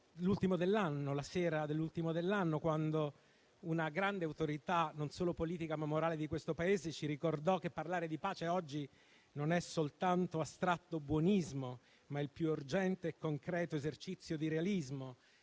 abbiamo ascoltato la sera dell'ultimo dell'anno, quando una grande autorità non solo politica, ma anche morale di questo Paese ci ha ricordato che parlare di pace oggi non è soltanto astratto buonismo, ma è il più urgente e concreto esercizio di realismo.